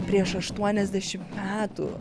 prieš aštuoniasdešimt metų